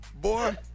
Boy